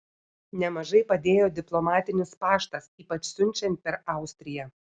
nemažai padėjo diplomatinis paštas ypač siunčiant per austriją